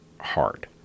hard